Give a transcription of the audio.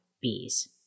bees